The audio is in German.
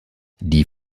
die